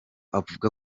avuga